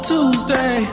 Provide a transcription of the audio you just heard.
Tuesday